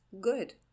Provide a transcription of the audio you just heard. good